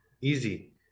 easy